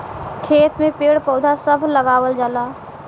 खेत में पेड़ पौधा सभ लगावल जाला